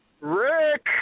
Rick